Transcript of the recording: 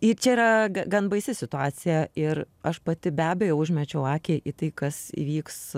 į čia yra ga gan baisi situacija ir aš pati be abejo užmečiau akį į tai kas įvyks